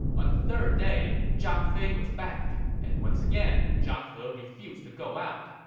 on the third day, zhang fei was back, and once again, zhang he refused to go out.